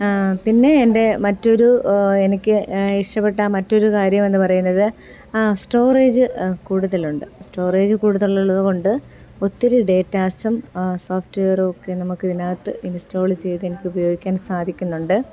പിന്നെ എൻ്റെ മറ്റൊരു എനിക്ക് ഇഷ്ടപ്പെട്ട മറ്റൊരു കാര്യം എന്നു പറയുന്നത് സ്റ്റോറേജ് കൂടുതൽ ഉണ്ട് സ്റ്റോറേജ് കൂടുതലുള്ളത് കൊണ്ട് ഒത്തിരി ഡേറ്റാസും സോഫ്റ്റ്വെയർ ഒക്കെ നമുക്ക് ഇതിനകത്ത് ഇൻസ്റ്റോള് ചെയ്തു എനിക്ക് ഉപയോഗിക്കാൻ സാധിക്കുന്നുണ്ട്